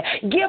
Give